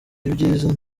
ibyiza